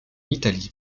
italie